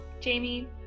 Jamie